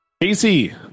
Casey